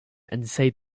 inside